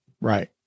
Right